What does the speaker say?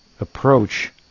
approach